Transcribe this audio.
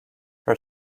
her